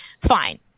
fine